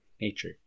Nature